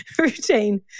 routine